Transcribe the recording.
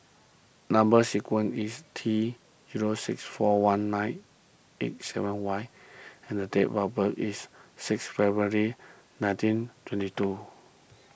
Number Sequence is T zero six four one nine eight seven Y and the date of birth is six February nineteen twenty two